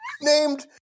named